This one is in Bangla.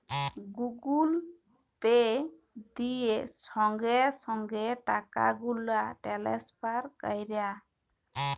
গুগুল পে দিয়ে সংগে সংগে টাকাগুলা টেলেসফার ক্যরা